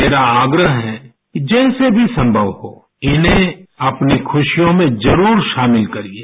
मेराआग्रह है कि जैसे भी संभव हो इन्हें अपनी खुशियों में जरुरशामिल करिये